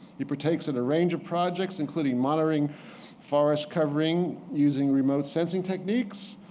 he partakes in a range of projects including monitoring forest covering using remote sensing techniques,